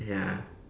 ya